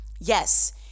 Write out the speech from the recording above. Yes